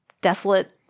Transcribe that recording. desolate